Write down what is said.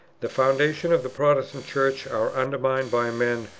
the foundations of the protestant church are undermined by men,